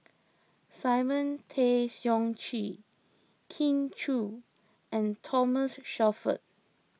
Simon Tay Seong Chee Kin Chui and Thomas Shelford